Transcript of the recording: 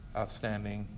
outstanding